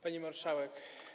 Pani Marszałek!